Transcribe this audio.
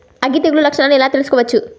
అగ్గి తెగులు లక్షణాలను ఎలా తెలుసుకోవచ్చు?